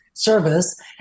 service